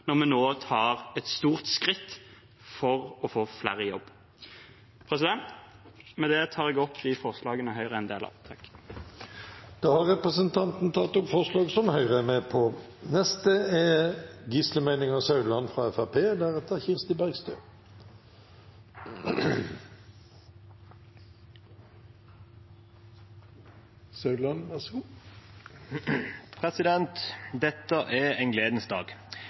når vi nå tar et stort skritt for å få flere i jobb. Med det tar jeg opp de forslagene Høyre er en del av. Da har representanten Aleksander Stokkebø tatt opp de forslagene han refererte til. Dette er en gledens dag, for nå behandler vi en sak som er viktig for tusenvis av mennesker i Norge, nemlig en